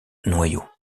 noyaux